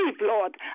lord